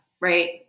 right